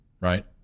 right